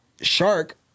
Shark